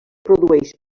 produeix